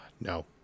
No